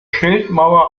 schildmauer